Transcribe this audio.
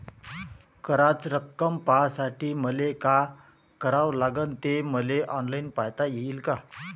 कराच रक्कम पाहासाठी मले का करावं लागन, ते मले ऑनलाईन पायता येईन का?